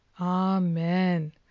Amen